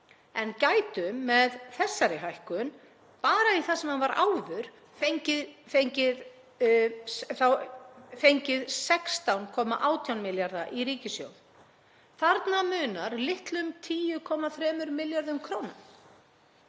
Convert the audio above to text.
en gætum með þessari hækkun, bara í það sem hann var áður, fengið 16,18 milljarða í ríkissjóð. Þarna munar litlum 10,3 milljörðum kr.